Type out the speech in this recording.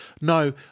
No